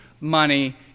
money